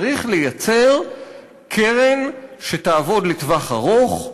צריך לייצר קרן שתעבוד לטווח ארוך,